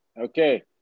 Okay